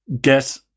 get